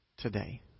Today